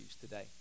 today